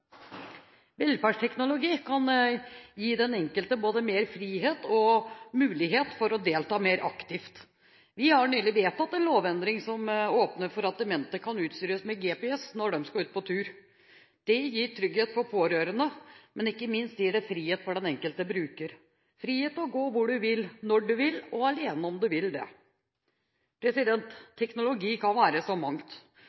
Velferdsteknologi kan gi den enkelte både mer frihet og mulighet for å delta mer aktivt. Vi har nylig vedtatt en lovendring som åpner for at demente kan utstyres med GPS når de skal ut på tur. Det gir trygghet for pårørende, men ikke minst gir det frihet til den enkelte bruker, frihet til å gå hvor du vil, når du vil – og alene, om du vil det.